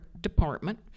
department